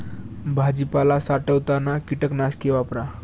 भाजीपाला साठवताना कीटकनाशके वापरा